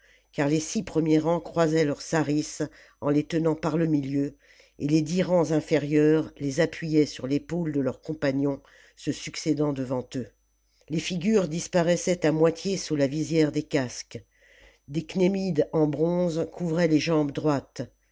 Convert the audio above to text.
car les six premiers rangs croisaient leurs sarisses en les tenant par le milieu et les dix rangs inférieurs les appuyaient sur l'épaule de leurs compagnons se succédant devant eux les figures disparaissaient à moitié sous la visière des casques des cnémides en bronze couvraient les jambes droites